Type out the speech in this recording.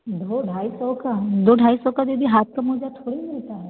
दो ढाई सौ का दो ढाई सौ का दीदी हाथ का मोजा थोड़ी मिलता है